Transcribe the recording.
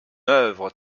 œuvre